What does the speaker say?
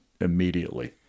immediately